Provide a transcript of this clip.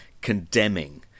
condemning